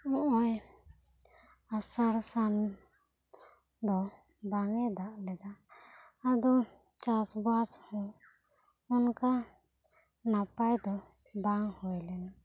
ᱱᱚᱜᱼᱚᱭ ᱟᱥᱟᱲ ᱥᱟᱱ ᱫᱚ ᱵᱟᱝ ᱮ ᱫᱟᱜ ᱞᱮᱫᱟ ᱟᱫᱚ ᱪᱟᱥ ᱵᱟᱥ ᱦᱚᱸ ᱚᱱᱠᱟ ᱱᱟᱯᱟᱭ ᱫᱚ ᱵᱟᱝ ᱦᱩᱭ ᱞᱮᱱᱟ